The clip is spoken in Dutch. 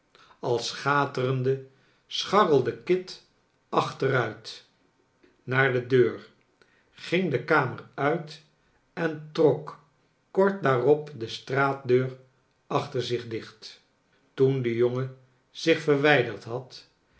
al schaterende scharrelde kit achteruit naar de deur ging de kamer uit en trok kort daarop de straatdeur achter zich dicht toen de jongen zich verwijderd had